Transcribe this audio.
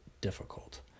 difficult